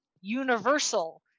Universal